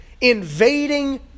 invading